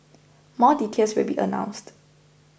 more details will be announced